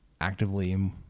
actively